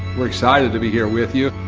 we're excited to be here with you.